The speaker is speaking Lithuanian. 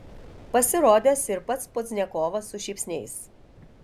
pasirodęs ir pats pozdniakovas su šypsniais